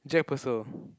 Jack-Purcell